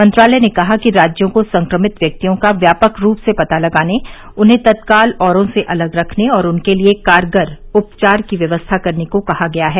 मंत्रालय ने कहा कि राज्यों को संक्रमित व्यक्तियों का व्यापक रूप से पता लगाने उन्हें तत्काल औरों से अलग रखने और उनके लिए कारगर उपचार की व्यवस्था करने को कहा गया है